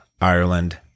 Ireland